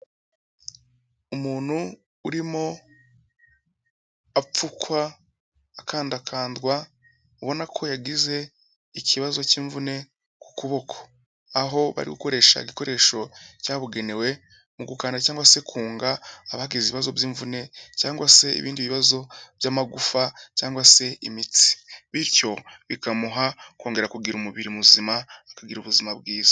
Umuntu urimo apfukwa akandakandwa ubona ko yagize ikibazo cy'imvune ku kuboko, aho bari gukoresha igikoresho cyabugenewe mu gukanada cyangwa se kunga abagize ibibazo by'imvune cyangwa se ibindi bibazo by'amagufa cyangwa se imitsi, bityo bikamuha kongera kugira umubiri muzima, akagira ubuzima bwiza.